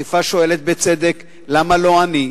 וחיפה שואלת בצדק: למה לא אני?